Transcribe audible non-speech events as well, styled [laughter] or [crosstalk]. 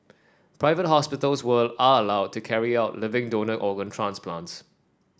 private hospitals [unintelligible] are allowed to carry out living donor organ transplants